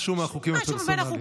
משהו מהחוקים הפרסונליים.